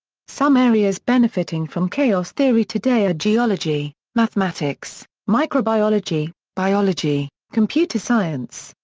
some areas benefiting from chaos theory today are geology, mathematics, microbiology, biology, computer science,